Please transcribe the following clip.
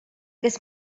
kes